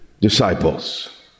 disciples